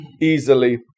easily